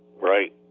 right